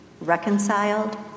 reconciled